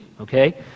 okay